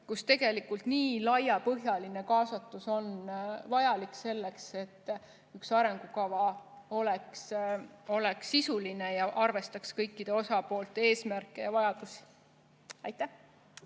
kus nii laiapõhjaline kaasatus on vajalik selleks, et arengukava oleks sisuline ja arvestaks kõikide osapoolte eesmärke ja vajadusi. Aitäh!